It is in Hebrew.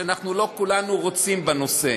ולא כולנו רוצים בנושא,